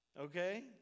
Okay